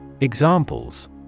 Examples